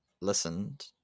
listened